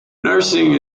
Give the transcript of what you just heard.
nursing